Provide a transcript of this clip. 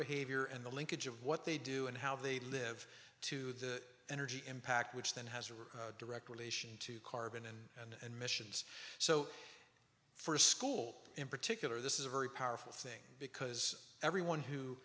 behavior and the linkage of what they do and how they live to the energy impact which then has a direct relation to carbon and missions so for a school in particular this is a very powerful thing because everyone who